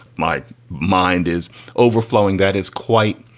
my mind is overflowing. that is quite,